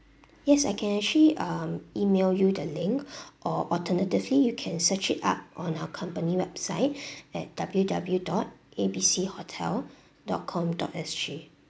yes I can actually um email you the link or alternatively you can search it up on our company website at w w dot A B C hotel dot com dot s g